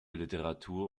literatur